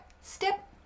step